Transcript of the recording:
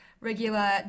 regular